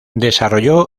desarrolló